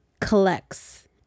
collects